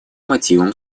мотивам